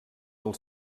del